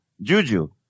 Juju